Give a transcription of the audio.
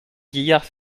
vieillard